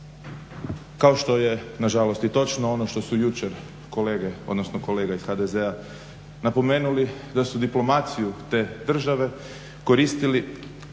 kao što je nažalost i točno ono što su jučer kolega iz HDZ-a napomenuli da su diplomaciju te države koristili